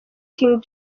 king